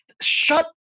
shut